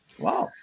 Wow